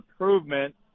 improvement